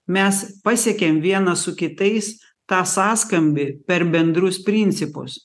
mes pasiekėm vienas su kitais tą sąskambį per bendrus principus